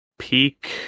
peak